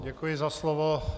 Děkuji za slovo.